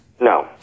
No